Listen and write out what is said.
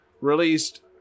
Released